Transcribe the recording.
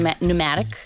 pneumatic